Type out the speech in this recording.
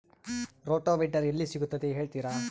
Rotavator ಎಲ್ಲಿ ಸಿಗುತ್ತದೆ ಹೇಳ್ತೇರಾ?